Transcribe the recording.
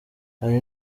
hari